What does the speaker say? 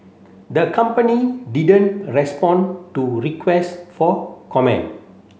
the company didn't respond to requests for comment